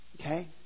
Okay